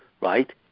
right